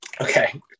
Okay